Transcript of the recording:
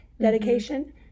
dedication